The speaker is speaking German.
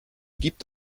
gibt